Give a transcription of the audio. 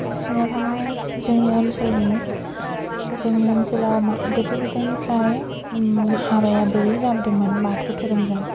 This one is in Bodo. सिङाव थानाय जोंनि ओनसोलनि जोंनि ओनसेलाव मा गोदो गोदायनिफ्राय हाबाया बोरै जाबोदोंमोन बाथौ धोरोमजों